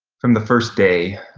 from the first day,